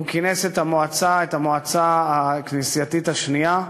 הוא כינס את המועצה הכנסייתית השנייה,